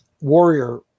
Warrior